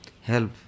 help